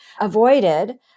avoided